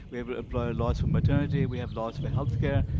we have employer laws for maternity. we have laws for health care.